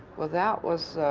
well, that was.